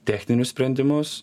techninius sprendimus